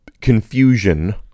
confusion